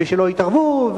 ושלא יתערבו,